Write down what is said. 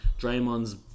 Draymond's